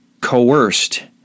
coerced